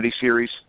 series